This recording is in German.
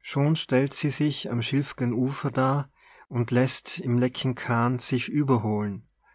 schon stellt sie sich am schilf'gen ufer dar und läßt im lecken kahn sich überholen